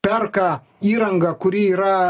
perka įrangą kuri yra